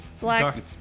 Black